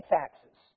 taxes